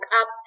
up